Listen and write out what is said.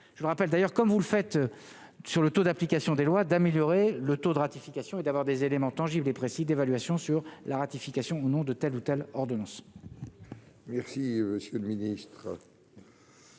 je vous rappelle d'ailleurs, comme vous le faites sur le taux d'application des lois d'améliorer le taux de ratification et d'avoir des éléments tangibles et précis d'évaluation sur la ratification au nom de telle ou telle ordonnance. Merci monsieur le ministre.